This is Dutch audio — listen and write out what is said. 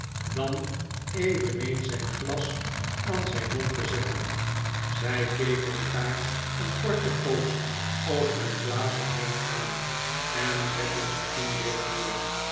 dan eveneens zijn glas aan zijn mond te zetten zij keken elkaar een korte poos over hun glazen heen aan en zetten ze toen leeg neer